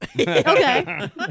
Okay